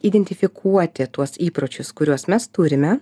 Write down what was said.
identifikuoti tuos įpročius kuriuos mes turime